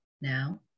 now